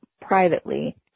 privately